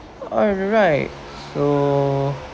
alright so